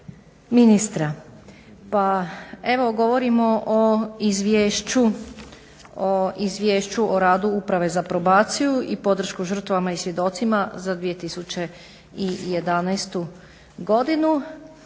ministra. Pa evo govorimo o Izvješću o radu Uprave za probaciju i podršku žrtvama i svjedocima za 2011.godinu